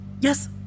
Yes